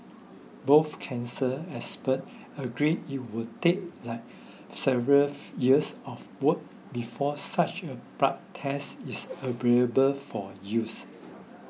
both cancer experts agree it will take several years of work before such a blood test is available for use